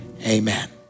Amen